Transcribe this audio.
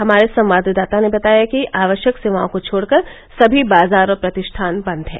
हमारे संवाददाता ने बताया है कि आवश्यक सेवाओं को छोड़कर सभी बाजार और प्रतिष्ठान बंद हैं